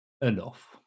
enough